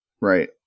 Right